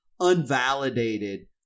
unvalidated